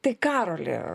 tai karoli